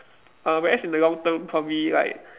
uh whereas in the long term probably like